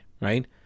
right